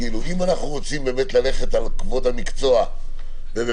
אם אנחנו רוצים ללכת על כבוד המקצוע ולמנוע